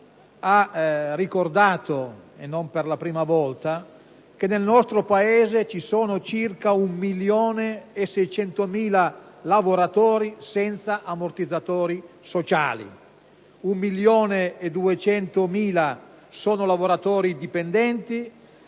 ha ricordato, non per la prima volta, che nel nostro Paese ci sono circa 1,6 milioni lavoratori senza ammortizzatori sociali; 1,2 milioni sono lavoratori dipendenti